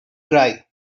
cry